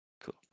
Cool